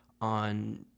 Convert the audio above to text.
on